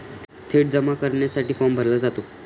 थेट जमा करण्यासाठीही फॉर्म भरला जातो